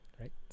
right